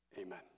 Amen